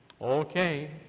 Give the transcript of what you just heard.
Okay